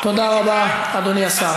זה יעזור לתלמידי ישראל.